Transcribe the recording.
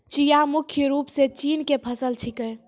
चिया मुख्य रूप सॅ चीन के फसल छेकै